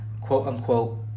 quote-unquote